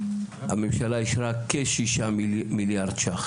הממשלה אישרה כשישה מיליארד ₪,